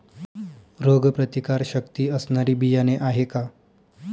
रोगप्रतिकारशक्ती असणारी बियाणे आहे का?